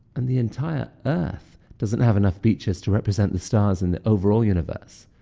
and the entire earth doesn't have enough beaches to represent the stars in the overall universe.